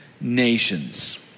nations